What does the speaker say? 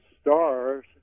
stars